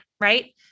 right